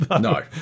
no